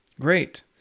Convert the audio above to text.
Great